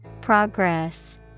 Progress